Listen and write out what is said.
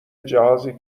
جهازی